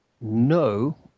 no